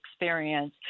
experience